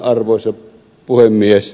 arvoisa puhemies